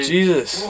Jesus